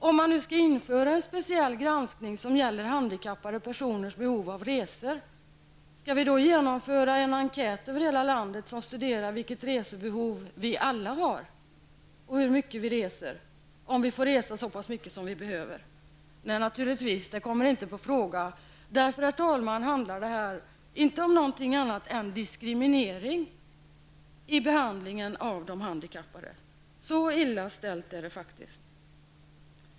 Om man skall införa en speciell granskning som gäller handikappades behov av resor, skall vi då genomföra en enkätundersökning över hela landet för att se vilket resebehov vi alla har och hur mycket vi reser och om vi får resa så pass mycket som vi behöver? Nej, naturligtvis kommer det inte på fråga. Herr talman! Därför handlar det här inte om någonting annat än diskriminering vid behandlingen av de handikappade. Så illa ställt är det faktiskt.